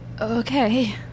Okay